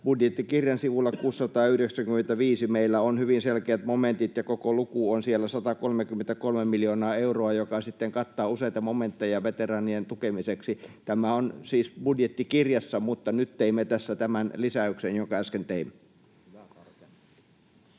budjettikirjan sivulla 695 meillä on hyvin selkeät momentit, ja koko luku on siellä 133 miljoonaa euroa, joka sitten kattaa useita momentteja veteraanien tukemiseksi. Tämä on siis budjettikirjassa, mutta nyt teimme tässä tämän lisäyksen. ===